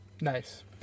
Nice